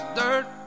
dirt